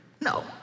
No